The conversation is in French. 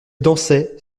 dansait